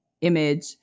image